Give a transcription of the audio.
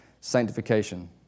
sanctification